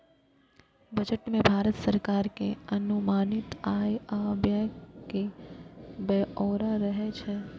budget मे भारत सरकार के अनुमानित आय आ व्यय के ब्यौरा रहै छै